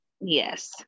Yes